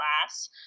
class